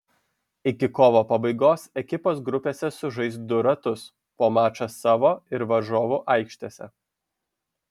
iki kovo pabaigos ekipos grupėse sužais du ratus po mačą savo ir varžovų aikštėse